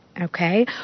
Okay